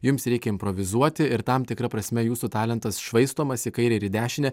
jums reikia improvizuoti ir tam tikra prasme jūsų talentas švaistomas į kairę ir į dešinę